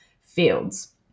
fields